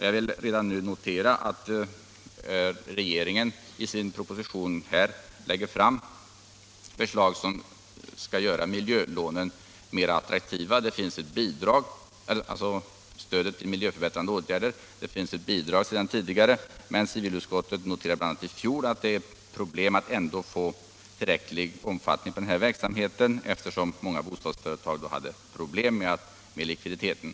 Jag vill redan nu notera att regeringen i sin proposition lägger fram förslag som skall göra stödet till miljöförbättrande åtgärder mer attraktivt. Civilutskottet konstaterade redan i fjol att möjligheten att få bidrag inte utnyttjades i tillräcklig omfattning, eftersom många bostadsföretag hade problem med likviditeten.